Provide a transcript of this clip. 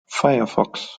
firefox